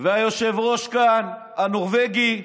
והיושב-ראש כאן, הנורבגי,